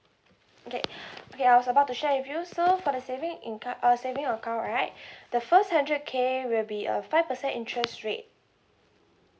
okay okay I was about to share with you so for the saving inco~ uh saving account right the first hundred K will be a five percent interest rate